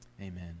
Amen